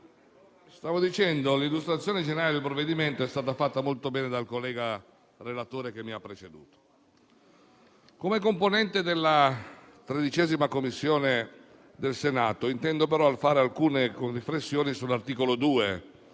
L'illustrazione generale del provvedimento è stata fatta molto bene dal collega relatore che mi ha preceduto. Come componente della 13a Commissione del Senato intendo fare però alcune riflessioni sull'articolo 2